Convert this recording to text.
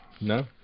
No